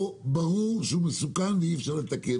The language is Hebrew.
או ברור שהוא מסוכן ואי-אפשר לתקן